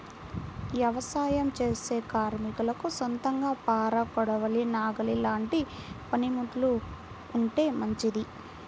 యవసాయం చేసే కార్మికులకు సొంతంగా పార, కొడవలి, నాగలి లాంటి పనిముట్లు ఉంటే మంచిది